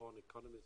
חיסכון בהקמה.